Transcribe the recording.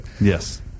yes